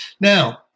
Now